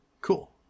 cool